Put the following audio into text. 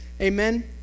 Amen